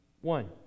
One